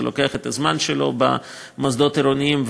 וזה לוקח את הזמן שלו במוסדות העירוניים.